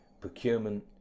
procurement